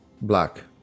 black